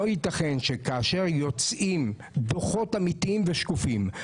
לא ייתכן שכאשר יוצאים דוחות אמיתיים ושקופים,